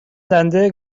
دنده